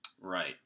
Right